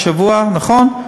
השבוע, נכון?